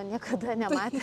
niekada nematė